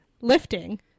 Lifting